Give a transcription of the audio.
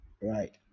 Right